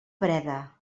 breda